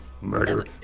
murder